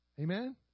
Amen